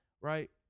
right